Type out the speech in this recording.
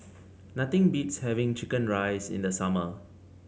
nothing beats having chicken rice in the summer